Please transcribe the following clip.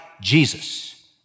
Jesus